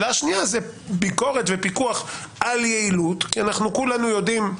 זה ביקורת ופיקוח על יעילות כי כולנו יודעים,